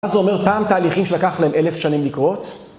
מה זה אומר? פעם תהליכים שלקח להם אלף שנים לקרות?